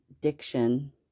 diction